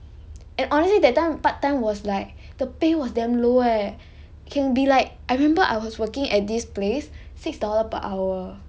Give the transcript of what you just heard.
and honestly that time part time was like the pay was damn low eh can be like I remember I was working at this place six dollar per hour